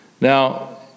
Now